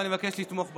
אני מבקש לתמוך בחוק.